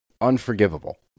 unforgivable